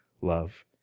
love